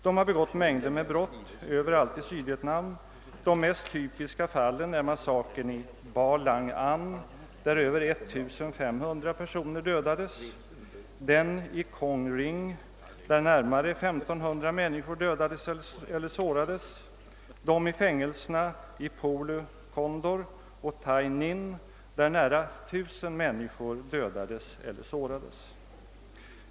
De har begått mängder med brott överallt i Sydvietnam, de mest typiska fallen är massakern i Ba Lang An där över 1 500 personer dödades, den i Kong WRing där närmare 1500 människor dödades eller sårades, de i fängelserna i Poulo Condor och Tay Ninh där nära 1000 människor dödades eller sårades.